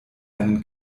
einen